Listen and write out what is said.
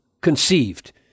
conceived